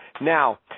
Now